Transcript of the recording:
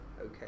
Okay